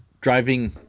driving